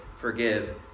forgive